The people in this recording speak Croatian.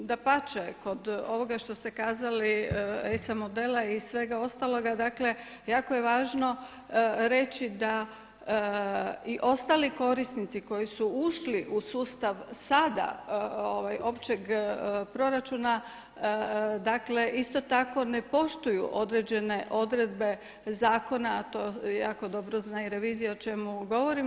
Dapače, kod ovoga što ste kazali ESA modela i svega ostaloga, dakle jako je važno reći da i ostali korisnici koji su ušli u sustav sada općeg proračuna, dakle isto tako ne poštuju određene odredbe zakona, a to jako dobro zna i revizija o čemu govorim.